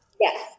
Yes